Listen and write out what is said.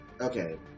Okay